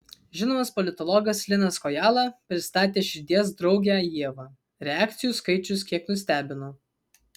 žinomas politologas linas kojala pristatė širdies draugę ievą reakcijų skaičius kiek nustebino